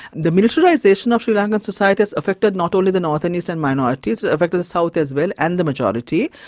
the militarisation of sri lankan society has affected not only the north and eastern minorities, it has affected the south as well and the majority.